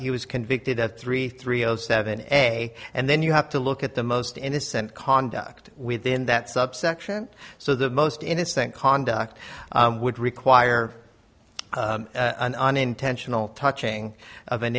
he was convicted of three three o seven a and then you have to look at the most innocent conduct within that subsection so the most innocent conduct would require an unintentional touching of an